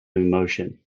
emotion